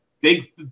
Big